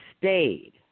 stayed